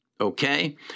okay